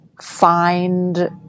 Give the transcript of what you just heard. find